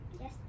Yes